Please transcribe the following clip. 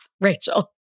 Rachel